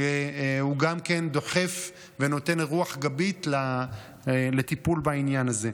וגם הוא דוחף ונותן רוח גבית לטיפול בעניין הזה.